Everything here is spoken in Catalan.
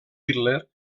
hitler